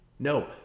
No